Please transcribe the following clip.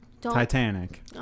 Titanic